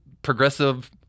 progressive